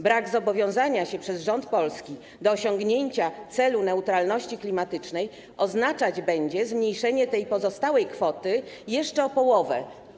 Brak zobowiązania się przez polski rząd do osiągnięcia celu neutralności klimatycznej oznaczać będzie zmniejszenie tej pozostałej kwoty jeszcze o połowę.